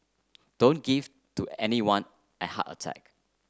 don't give to anyone a heart attack